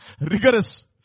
Rigorous